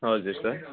हजुर सर